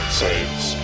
saves